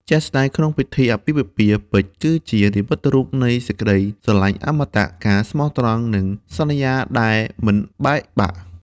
ជាក់ស្តែងក្នុងពិធីអាពាហ៍ពិពាហ៍ ពេជ្រ គឺជានិមិត្តរូបនៃសេចក្ដីស្រលាញ់អមតៈ ការស្មោះត្រង់ និងសន្យាដែលមិនបែកបាក់។